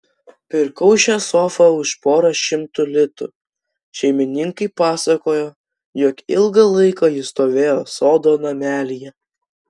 pirkau šią sofą už porą šimtų litų šeimininkai pasakojo jog ilgą laiką ji stovėjo sodo namelyje